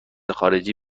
خارجی